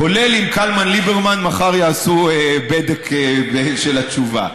כולל אם קלמן-ליברמן מחר יעשו בדק של התשובה.